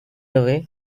away